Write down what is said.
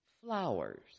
flowers